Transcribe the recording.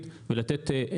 התשתיות,